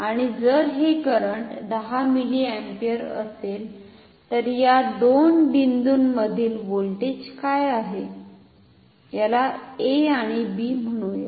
आणि जर हे करंट 10 मिलीअम्पियर असेल तर या दोन बिंदूंमधील व्होल्टेज काय आहे याला A आणि B म्हणुया